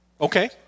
Okay